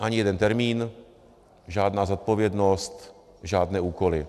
Ani jeden termín, žádná zodpovědnost, žádné úkoly.